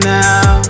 now